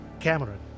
Cameron